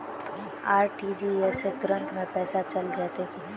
RTGS से तुरंत में पैसा चल जयते की?